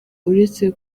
uretse